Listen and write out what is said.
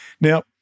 Now